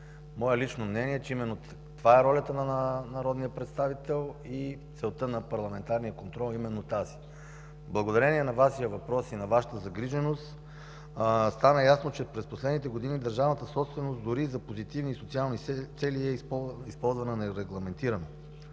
Мое лично мнение е, че именно такава е ролята на народния представител и целта на парламентарния контрол е именно тази. Благодарение на Вашия въпрос и Вашата загриженост стана ясно, че през последните години държавната собственост дори и за позитивни социални цели е използвана нерегламентирано.